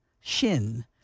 Shin